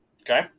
Okay